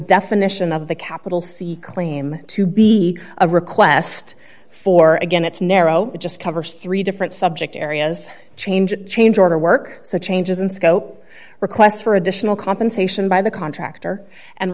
definition of the capital c claim to be a request for again it's narrow just cover story different subject areas change change order work so changes in scope requests for additional compensation by the contractor and